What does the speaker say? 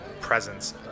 presence